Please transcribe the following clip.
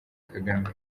kagame